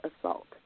assault